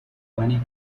money